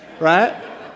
right